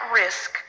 risk